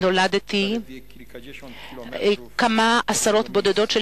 נולדתי במקום המרוחק כמה עשרות בודדות של